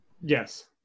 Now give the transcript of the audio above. Yes